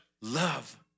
Love